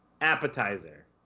appetizer